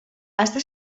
està